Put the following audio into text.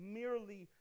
merely